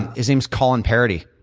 his name is colin paraday.